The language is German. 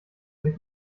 sich